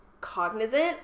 cognizant